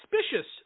suspicious